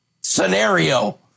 scenario